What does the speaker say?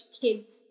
kids